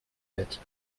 bett